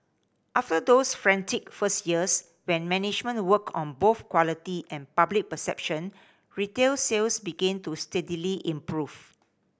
after those frantic first years when management worked on both quality and public perception retail sales began to steadily improve